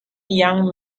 young